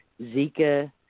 Zika